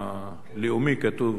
"הלאומי" כתוב,